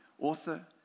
author